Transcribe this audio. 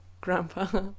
grandpa